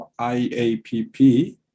IAPP